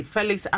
Felix